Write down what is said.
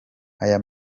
aya